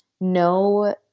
no